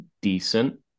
decent